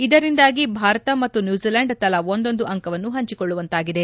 ಇದರಿಂದಾಗಿ ಭಾರತ ಮತ್ತು ನ್ನೂಜಿಲೆಂಡ್ ತಲಾ ಒಂದೊಂದು ಅಂಕವನ್ನು ಪಂಚಿಕೊಳ್ಳುವಂತಾಗಿದೆ